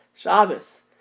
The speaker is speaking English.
Shabbos